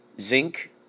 Zinc